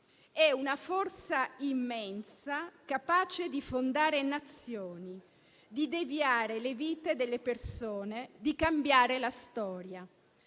è una forza immensa, capace di fondare Nazioni, di deviare le vite delle persone, di cambiare la storia».